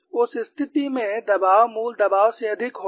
उस स्थिति में दबाव मूल दबाव से अधिक होगा